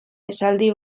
esaldi